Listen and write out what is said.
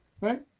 Right